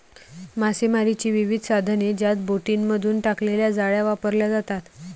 मासेमारीची विविध साधने ज्यात बोटींमधून टाकलेल्या जाळ्या वापरल्या जातात